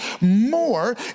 more